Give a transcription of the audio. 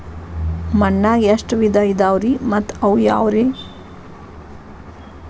ಮಣ್ಣಾಗ ಎಷ್ಟ ವಿಧ ಇದಾವ್ರಿ ಮತ್ತ ಅವು ಯಾವ್ರೇ?